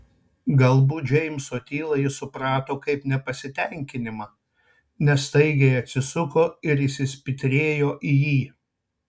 galbūt džeimso tylą ji suprato kaip nepasitenkinimą nes staigiai atsisuko ir įsispitrėjo į jį